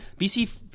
BC